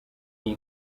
iyi